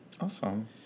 Awesome